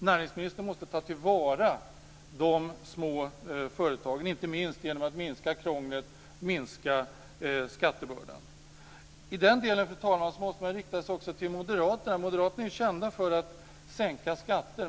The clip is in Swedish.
Näringsministern måste ta till vara de små företagen, inte minst genom att minska krånglet och skattebördan. I den delen, fru talman, måste man rikta sig också till Moderaterna. De är ju kända för att sänka skatter.